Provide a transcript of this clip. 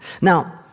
Now